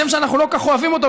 שם שאנחנו לא כל כך אוהבים אותו,